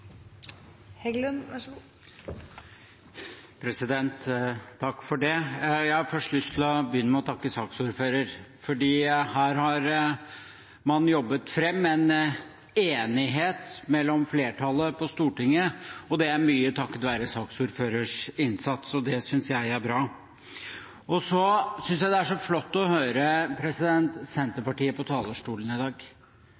å begynne med å takke saksordføreren, for her har man jobbet fram en enighet mellom flertallet på Stortinget, og det er mye takket være saksordførerens innsats. Det synes jeg er bra. Jeg synes det er så flott å høre